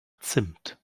zimt